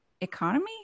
economy